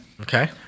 Okay